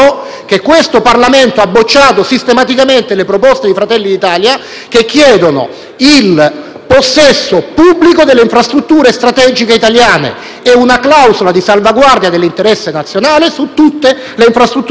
possesso pubblico delle infrastrutture strategiche italiane. È una clausola di salvaguardia dell'interesse nazionale su tutte le infrastrutture strategiche, sia in mano, domani, ai cinesi, che in mano, oggi, in gran parte, ai francesi.